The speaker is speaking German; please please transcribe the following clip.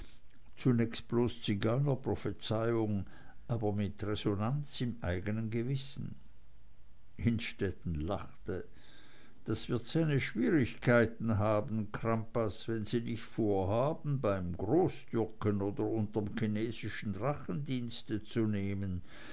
zunächst bloß zigeunerprophezeiung aber mit resonanz im eigenen gewissen innstetten lachte das wird seine schwierigkeiten haben crampas wenn sie nicht vorhaben beim großtürken oder unterm chinesischen drachen dienst zu nehmen